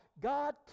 God